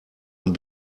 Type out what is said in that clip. ein